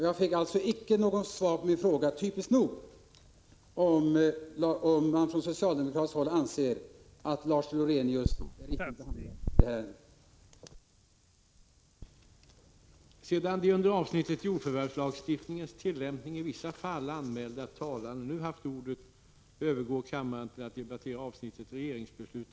Jag fick alltså, typiskt nog, icke något svar på min fråga om man från socialdemokratiskt håll anser att Lars Lorenius är riktig behandlad i detta ärende.